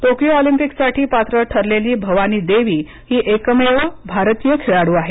Tokyo ऑलिंपिक्ससाठी पात्र ठरलेली भवानी देवी ही एकमेव भारतीय खेळाडू आहे